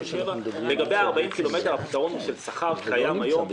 לגבי ה-40 קילומטר, הפתרון של שכר קיים היום.